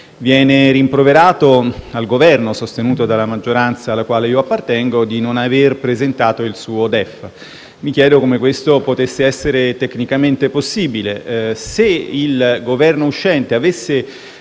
Viene rimproverato al Governo, sostenuto dalla maggioranza alla quale io appartengo, di non avere presentato il suo DEF. Mi chiedo come questo potesse essere tecnicamente possibile: se il Governo uscente avesse